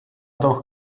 noch